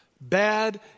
bad